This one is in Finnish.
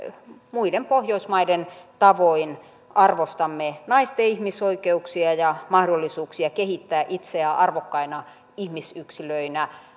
muiden pohjoismaiden tavoin arvostamme naisten ihmisoikeuksia ja mahdollisuuksia kehittää itseään arvokkaina ihmisyksilöinä